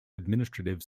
administrative